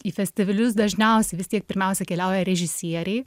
į festivalius dažniausiai vis tiek pirmiausia keliauja režisieriai